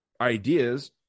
ideas